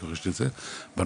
כמו שאמרתי, לדעתי